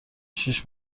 شیش